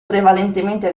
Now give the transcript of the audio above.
prevalentemente